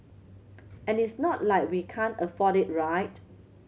and it's not like we can't afford it right